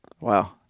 Wow